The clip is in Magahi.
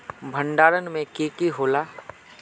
भण्डारण में की की होला?